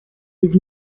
his